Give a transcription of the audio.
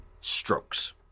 Strokes